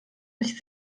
nicht